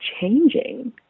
changing